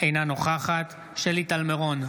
אינה נוכחת שלי טל מירון,